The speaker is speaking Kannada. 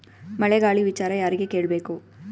ಮಳೆ ಗಾಳಿ ವಿಚಾರ ಯಾರಿಗೆ ಕೇಳ್ ಬೇಕು?